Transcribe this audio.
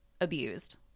abused